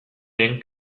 lehen